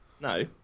No